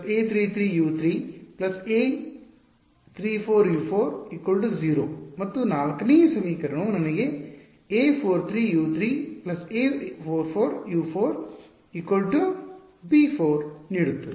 A32U 2 A33U 3 A34U 4 0 ಮತ್ತು 4 ನೇ ಸಮೀಕರಣವು ನನಗೆ A43U 3 A44U 4 b4 ನೀಡುತ್ತದೆ